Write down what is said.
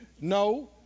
No